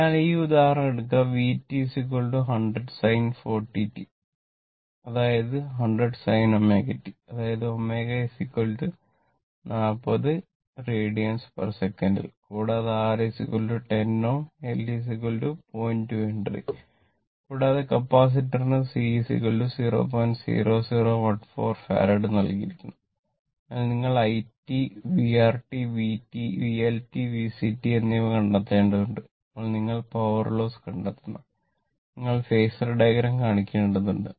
അതിനാൽ ഈ ഉദാഹരണം എടുക്കുക v t 100 sin 40 t അതായത് 100 sin ω t അതായത് ω 40 റേഡിയൻസ് സെക്കൻഡിൽ കണ്ടെത്തണം നിങ്ങൾ ഫേസർ ഡയഗ്രം കാണിക്കേണ്ടതുണ്ട്